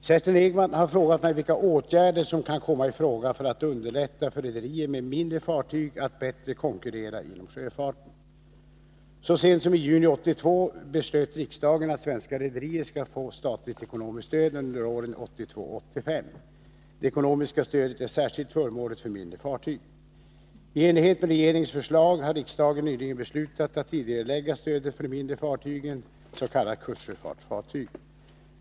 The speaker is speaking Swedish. Herr talman! Kerstin Ekman har frågat mig vilka åtgärder som kan komma i fråga för att underlätta för rederier med mindre fartyg att bättre konkurrera inom sjöfarten. Så sent som i juni 1982 beslöt riksdagen att svenska rederier skall få statligt ekonomiskt stöd under åren 1982-1985. Det ekonomiska stödet är särskilt förmånligt för mindre fartyg. I enlighet med regeringens förslag har riksdagen nyligen beslutat att tidigarelägga stödet för de mindre fartygen, s.k. kustsjöfartsfartyg.